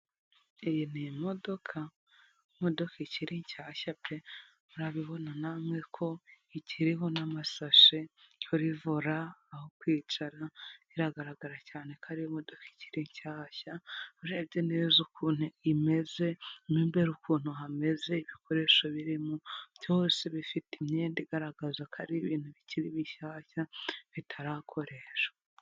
Iyi ni imodoka, imodoka ikiri nshyashya pe! Murabibona namwe ko ikiriho n'amasashe, kuri vora, aho kwicara, biragaragara cyane ko ari imodoka ikiri nshyashya, urebye neza ukuntu imeze, mo imbere ukuntu hameze, ibikoresho birimo, byose bifite imyenda igaragaza ko ari ibintu bikiri bishyashya bitarakoreshwa.